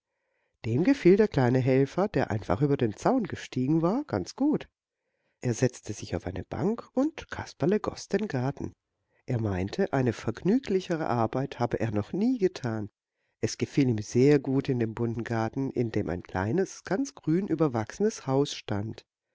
dem gefiel der kleine helfer der einfach über den zaun gestiegen war ganz gut er setzte sich auf eine bank und kasperle goß den garten er meinte eine vergnüglichere arbeit habe er noch nie getan es gefiel ihm sehr gut in dem bunten garten in dem ein kleines ganz grün überwachsenes haus stand